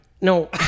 No